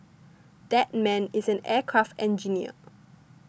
that man is an aircraft engineer